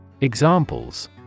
Examples